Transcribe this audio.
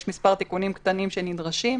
יש מספר תיקונים קטנים שנדרשים,